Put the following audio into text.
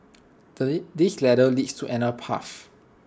this ladder leads to another path